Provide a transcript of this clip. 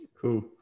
Cool